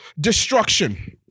destruction